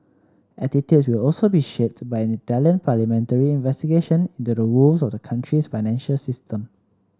attitudes will also be shaped by an Italian parliamentary investigation into the woes of the country's financial system